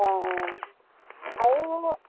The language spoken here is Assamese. অ অ আৰু